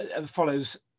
follows